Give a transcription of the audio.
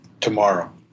tomorrow